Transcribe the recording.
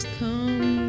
come